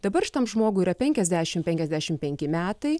dabar šitam žmogui yra penkiasdešimt penkiasdešimt penki metai